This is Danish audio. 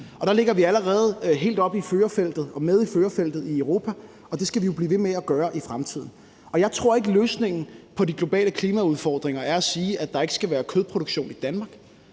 og der ligger vi allerede helt oppe og er med i førerfeltet i Europa, og det skal vi jo blive ved med at være i fremtiden. Jeg tror ikke, at løsningen på de globale klimaudfordringer er at sige, at der ikke skal være kødproduktion i Danmark,